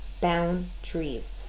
boundaries